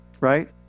right